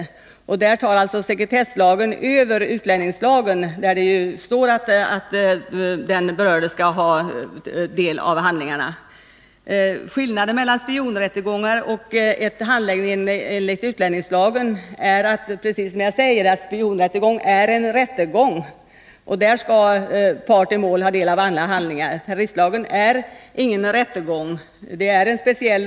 I detta fall tar alltså sekretesslagen över utlänningslagen, där det står att den berörde skall få del av handlingarna. Skillnaden mellan spionrättegångarna och handläggningen enligt utlänningslagen är att en spionrättegång är just en rättegång, och där skall en part i målet ha rätt att ta del av alla handlingar. En handläggning enligt terroristlagen är ingen rättegång.